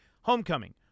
homecoming